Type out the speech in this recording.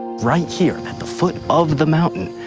right here at the foot of the mountain,